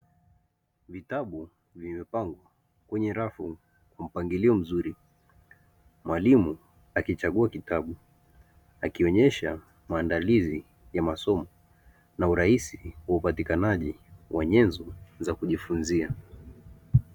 Vitabu vimepangwa kwenye rafu kwa mpangilio mzuri, mwalimu akichagua kitabu akionyesha maandalizi ya masomo na urahisi wa upatikanaji wa nyenzo za kujifunzia.